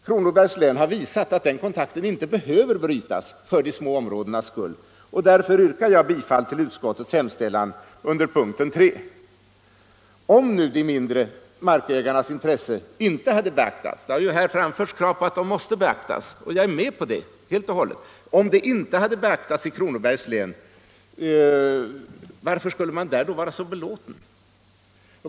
Kronobergs län har visat att den kontakten inte behöver brytas för de små områdenas skull, och därför yrkar jag bifall till utskottets hemställan under punkten 3. Om de mindre markägarnas intressen inte hade beaktats — det har framförts krav på att de måste beaktas och jag är helt och hållet med på det — i Kronobergs län, varför skulle man där då vara så belåten?